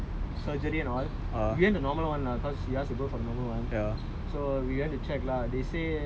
this [on]e specially for women there's two [one] for like surgery and all we went the normal [one] lah because she ask to go to the normal [one]